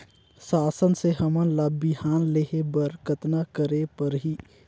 शासन से हमन ला बिहान लेहे बर कतना करे परही?